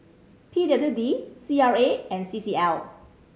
P W D C R A and C C L